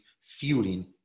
fueling